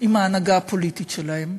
עם ההנהגה הפוליטית שלהם,